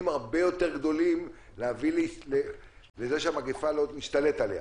הרבה יותר גדולים להביא לזה שלא נשתלט על המגפה,